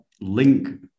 link